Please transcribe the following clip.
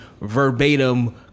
verbatim